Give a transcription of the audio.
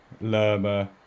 Lerma